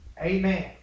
Amen